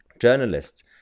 journalists